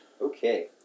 okay